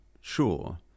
sure